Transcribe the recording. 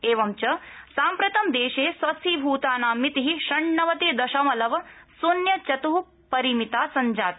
एवञ्च साम्प्रतं देशे स्वस्थीभूतानां मिति षण्णवति दशमलव श्न्य चत् परिमिता सञ्जाता